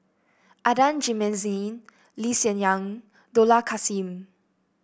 Adan Jimenez Lee Hsien Yang Dollah Kassim